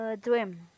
Dream